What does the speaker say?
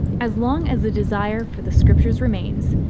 as long as the desire for the scriptures remains,